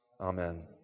Amen